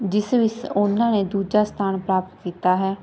ਜਿਸ ਵਿੱਚ ਉਹਨਾਂ ਨੇ ਦੂਜਾ ਸਥਾਨ ਪ੍ਰਾਪਤ ਕੀਤਾ ਹੈ